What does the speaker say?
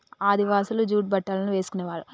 ఆదివాసులు జూట్ బట్టలను వేసుకునేవారు